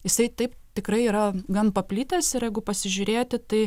jisai taip tikrai yra gan paplitęs ir jeigu pasižiūrėti tai